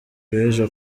w’ejo